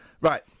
Right